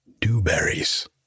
dewberries